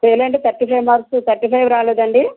fail అంటే thirty five marks thirty five రాలేదా అండి